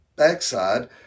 backside